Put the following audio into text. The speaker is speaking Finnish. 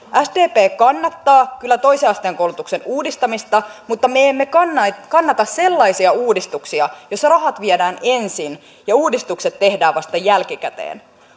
sdp kannattaa kyllä toisen asteen koulutuksen uudistamista mutta me emme kannata kannata sellaisia uudistuksia joissa rahat viedään ensin ja uudistukset tehdään vasta jälkikäteen